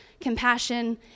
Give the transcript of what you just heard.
compassion